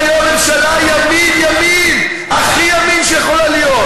ממשלה ימין-ימין, הכי ימין שיכולה להיות.